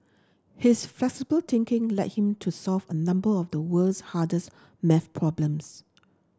his flexible thinking led him to solve a number of the world's hardest math problems